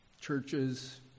churches